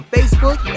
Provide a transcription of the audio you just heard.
Facebook